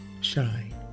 shine